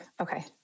Okay